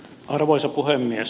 arvoisa puhemies